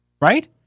Right